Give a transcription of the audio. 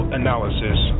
analysis